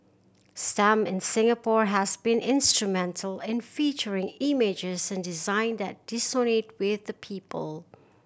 stamp in Singapore has been instrumental in featuring images and design that with the people